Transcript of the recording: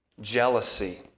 jealousy